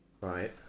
Right